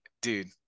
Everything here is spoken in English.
dude